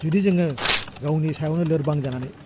जुदि जोङो गावनि सायावनो लोरबां जानानै